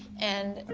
and